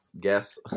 guess